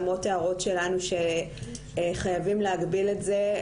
למרות הערות שלנו שחייבים להגביל את זה,